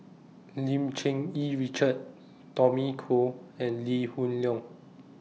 Lim Cherng Yih Richard Tommy Koh and Lee Hoon Leong